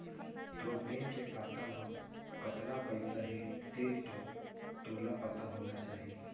तोर बेंक के खाता म कतना पइसा हे तेन तो तोला पता होना चाही?